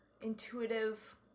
intuitive